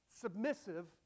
submissive